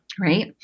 Right